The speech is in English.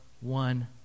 one